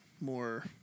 more